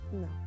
no